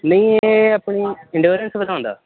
ਨਹੀਂ ਇਹ ਆਪਣੀ ਇੰਡੋਰੈਂਸ ਵਧਾਉਂਦਾ